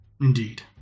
Indeed